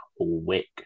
wick